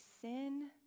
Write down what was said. sin